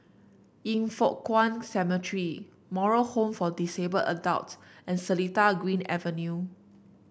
Yin Foh Kuan Cemetery Moral Home for Disabled Adults and Seletar Green Avenue